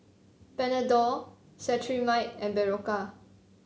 Panadol Cetrimide and Berocca